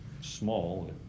small